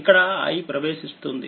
ఇక్కడ i ప్రవేశిస్తోంది